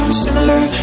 similar